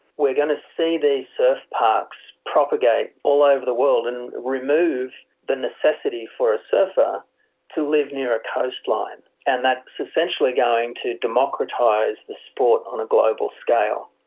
going to see these surf parks propagate all over the world and remove the necessity for a surfer to live near a coastline, and that is essentially going to democratise the sport on a global scale.